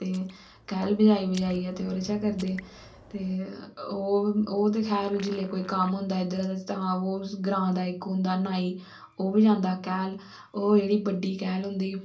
ते केह्ल बजाई बजाई ऐ ओहदे च करदे ते ओह् ते खैर जिसले कोई कम्म होंदा ऐ इद्धर ते सच ग्रां दा इक ओह् होंदा ऐ नाई ओह् बजांदा कैह्ल ओह् जेहड़ी बड्डी कैह्ल होंदी